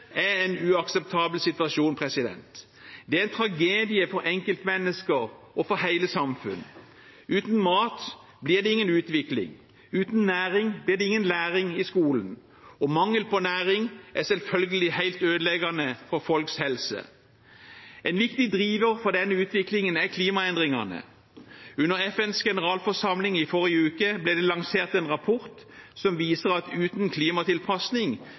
er en uakseptabel situasjon. Det er en tragedie for enkeltmennesker og for hele samfunn. Uten mat blir det ingen utvikling, uten næring blir det ingen læring i skolen, og mangel på næring er selvfølgelig helt ødeleggende for folks helse. En viktig driver for denne utviklingen er klimaendringene. Under FNs generalforsamling i forrige uke ble det lansert en rapport som viser at uten klimatilpasning